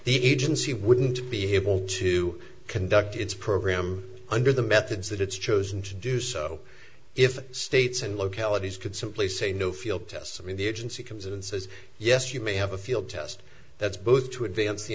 the agency wouldn't be able to conduct its program under the methods that it's chosen to do so if states and localities could simply say no field tests i mean the agency comes in and says yes you may have a field test that's both to advance the